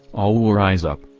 all will rise up,